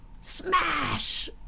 smash